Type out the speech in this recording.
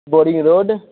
boring road